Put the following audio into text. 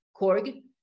Korg